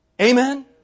Amen